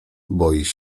boisz